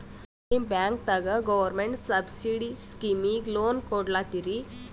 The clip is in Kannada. ನಿಮ ಬ್ಯಾಂಕದಾಗ ಗೌರ್ಮೆಂಟ ಸಬ್ಸಿಡಿ ಸ್ಕೀಮಿಗಿ ಲೊನ ಕೊಡ್ಲತ್ತೀರಿ?